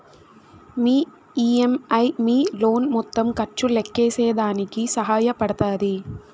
మీ EMI మీ loan మొత్తం ఖర్చు లెక్కేసేదానికి సహాయ పడతాది